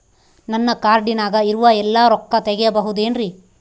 ನನ್ನ ಕಾರ್ಡಿನಾಗ ಇರುವ ಎಲ್ಲಾ ರೊಕ್ಕ ತೆಗೆಯಬಹುದು ಏನ್ರಿ?